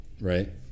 right